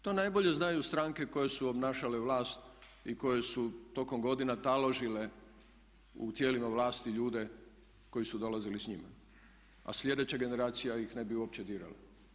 To najbolje znaju stranke koje su obnašale vlast i koje su tokom godina taložile u tijelima vlasti ljude koji su dolazili s njima, a sljedeća generacija ih ne bi uopće dirala.